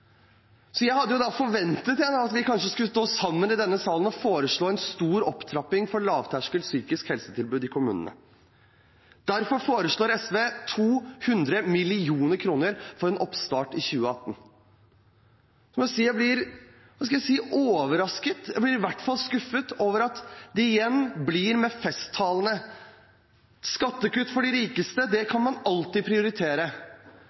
Så jeg hadde forventet at vi kanskje skulle stå sammen i denne salen og foreslå en stor opptrapping for lavterskel psykisk helsetilbud til kommunene. Derfor foreslår SV 200 mill. kr for en oppstart i 2018. Jeg må si at jeg blir overrasket, jeg blir i hvert fall skuffet, over at det igjen blir med festtalene. Skattekutt for de rikeste, det kan man alltid prioritere,